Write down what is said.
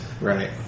Right